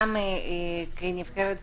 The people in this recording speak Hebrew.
גם כנבחרת ציבור,